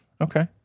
Okay